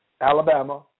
Alabama